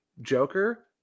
Joker